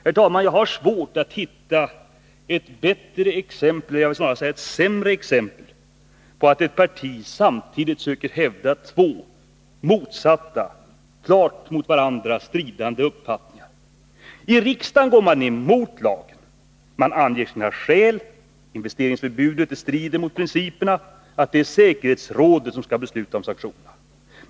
Herr talman! Jag har svårt att hitta ett sämre exempel på att ett parti samtidigt söker hävda två mot varandra klart stridande uppfattningar. I riksdagen går man emot lagen. Man anger sina skäl: Investeringsförbudet strider mot principerna, det är säkerhetsrådet som skall besluta om sanktioner.